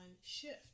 shift